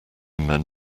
men